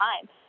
time